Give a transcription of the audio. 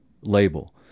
label